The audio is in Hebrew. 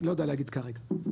לא יודע להגיד כרגע.